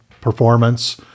performance